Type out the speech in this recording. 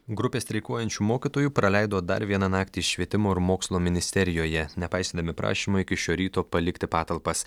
grupė streikuojančių mokytojų praleido dar vieną naktį švietimo ir mokslo ministerijoje nepaisydami prašymo iki šio ryto palikti patalpas